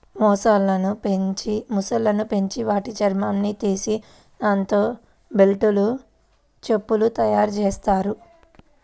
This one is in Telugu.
మొసళ్ళను పెంచి వాటి చర్మాన్ని తీసి దాంతో బెల్టులు, చెప్పులు తయ్యారుజెత్తారు